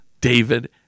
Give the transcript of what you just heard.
David